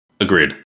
Agreed